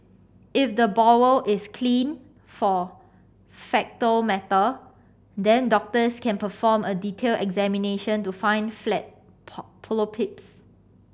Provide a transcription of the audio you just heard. if the bowel is clean for faecal matter then doctors can perform a detailed examination to find flat polyps